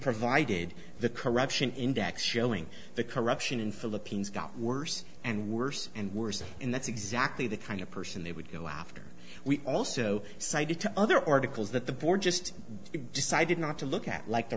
provided the corruption index showing the corruption in philippines got worse and worse and worse and that's exactly the kind of person they would go after we also cited to other articles that the board just decided not to look at like the